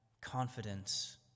confidence